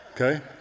Okay